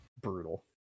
brutal